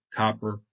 copper